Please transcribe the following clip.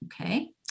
okay